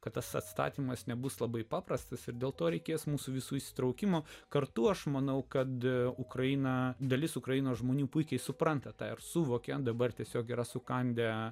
kad tas atstatymas nebus labai paprastas ir dėl to reikės mūsų visų įsitraukimo kartu aš manau kad ukraina dalis ukrainos žmonių puikiai supranta ir suvokė dabar tiesiog yra sukandę